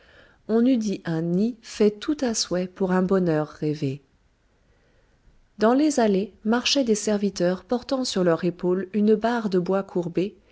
on eût dit un nid fait tout à souhait pour un bonheur rêvé dans les allées marchaient des serviteurs portant sur leur épaule une barre de bois courbé